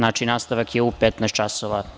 Nastavak je u 15.00 časova.